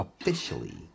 officially